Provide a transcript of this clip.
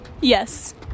Yes